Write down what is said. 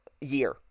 Year